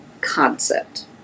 concept